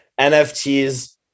NFTs